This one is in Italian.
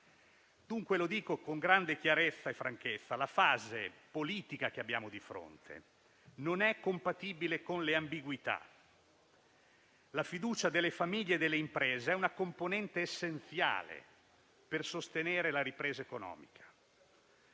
Dunque - lo dico con grande chiarezza e franchezza - la fase politica che abbiamo di fronte non è compatibile con le ambiguità. La fiducia delle famiglie e delle imprese è una componente essenziale per sostenere la ripresa economica.